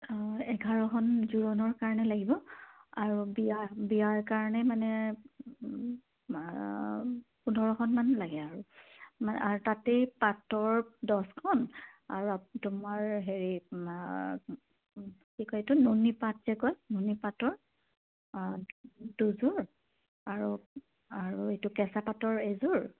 এঘাৰখন জোৰোণৰ কাৰণে লাগিব আৰু বিয়া বিয়াৰ কাৰণে মানে পোন্ধৰখনমান লাগে আৰু মা তাতেই পাটৰ দছখন আৰু আপ তোমাৰ হেৰি কি কয় এইটো নুনি পাট যে কয় নুনি পাটৰ দুযোৰ আৰু আৰু এইটো কেঁচা পাটৰ এযোৰ